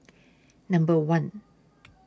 Number one